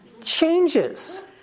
changes